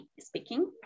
speaking